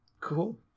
Cool